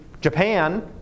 Japan